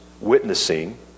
witnessing